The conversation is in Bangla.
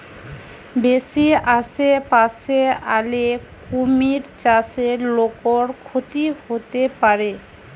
বেশি আশেপাশে আলে কুমির চাষে লোকর ক্ষতি হতে পারে